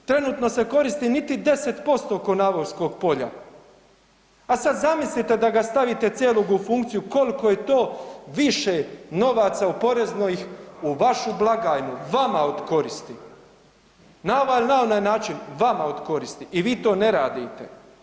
Trenutno se koristi niti 10% Konavolskog polja, a sada zamislite da ga stavite cijelog u funkciju koliko je to više novaca u poreznoj u vašu blagajnu vama od koristi na ovaj ili onaj način vama od koristi i vi to ne radite.